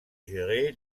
gérer